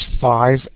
five